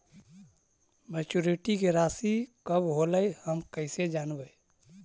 Maturity के रासि कब होलै हम कैसे जानबै?